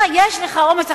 אתה, יש לך אומץ?